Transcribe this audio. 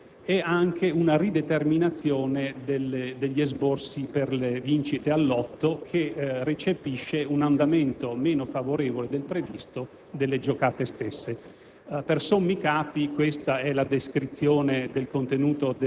nei confronti dell'azienda di radiodiffusione) e una rideterminazione degli esborsi per le vincite al lotto, che recepisce un andamento meno favorevole del previsto delle giocate stesse.